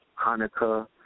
Hanukkah